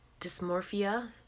dysmorphia